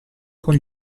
con